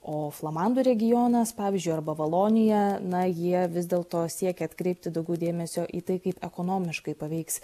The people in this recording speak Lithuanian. o flamandų regionas pavyzdžiui arba valonija na jie vis dėlto siekia atkreipti daugiau dėmesio į tai kaip ekonomiškai paveiks